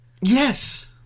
Yes